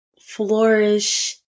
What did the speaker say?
flourish